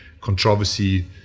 controversy